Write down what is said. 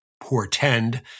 portend